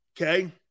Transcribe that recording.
okay